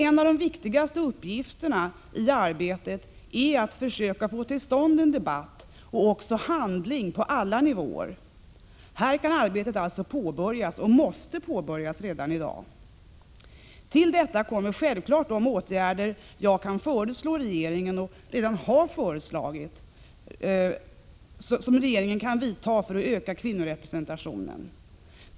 En av de viktigaste uppgifterna i arbetet är att försöka att få till stånd en debatt och också handling på alla nivåer. Här kan arbetet alltså påbörjas, och måste påbörjas, redan i dag. Till detta kommer självfallet de åtgärder jag kan föreslå regeringen — och redan har föreslagit regeringen — att vidta för att öka kvinnorepresentationen.